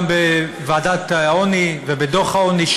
גם בוועדת העוני ובדוח העוני,